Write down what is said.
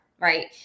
right